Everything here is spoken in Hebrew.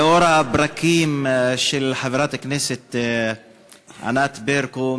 לאור הברקים של חברת הכנסת ענת ברקו,